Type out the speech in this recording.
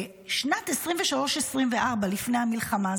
בשנים 2024-2023 לפני המלחמה,